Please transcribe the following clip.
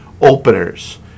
openers